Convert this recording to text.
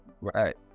Right